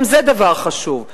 גם זה דבר חשוב,